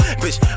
bitch